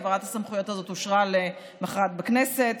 העברת הסמכויות הזאת אושרה למוחרת בכנסת.